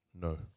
No